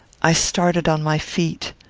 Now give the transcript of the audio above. i started on my feet.